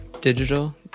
digital